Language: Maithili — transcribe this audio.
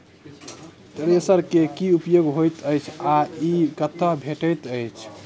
थ्रेसर केँ की उपयोग होइत अछि आ ई कतह भेटइत अछि?